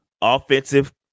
offensive